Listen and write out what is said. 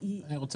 לזה